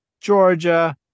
Georgia